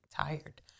tired